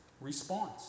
response